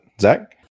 Zach